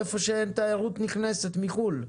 במקומות שאין תיירות נכנסת מחו"ל.